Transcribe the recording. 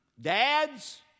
Dads